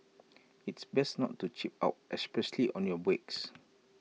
it's best not to cheap out especially on your brakes